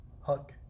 Huck